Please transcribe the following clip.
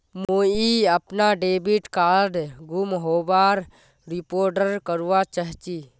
मुई अपना debit card गूम होबार रिपोर्ट करवा चहची